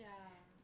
ya